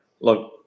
look